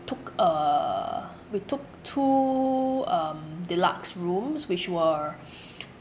took uh we took two um deluxe rooms which were